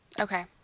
Okay